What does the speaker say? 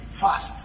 fast